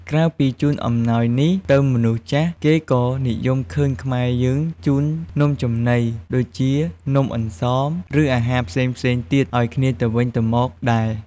ក្រៅពីជូនអំណោយនេះទៅមនុស្សចាស់ គេក៏និយមឃើញខ្មែរយើងជូននំចំណី ដូចជានំអន្សម ឬ អាហារផ្សេងៗទៀតឱ្យគ្នាទៅវិញទៅមកដែរ។